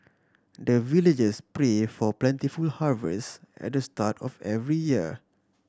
the villagers pray for plentiful harvest at the start of every year